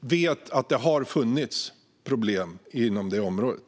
vet att det har funnits problem inom detta område.